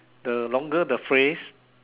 the longer the phrase